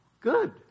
Good